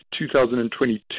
2022